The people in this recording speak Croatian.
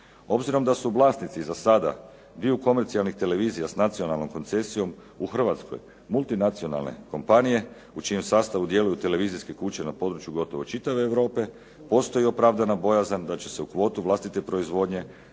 Obzirom da su vlasnici za sada dviju komercijalnih televizija s nacionalnom koncesijom u Hrvatskoj multinacionalne kompanije u čijem sastavu djeluju televizijske kuće na području gotovo čitave Europe postoji opravdana bojazan da će se u kvotu vlastite proizvodnje